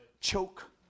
choke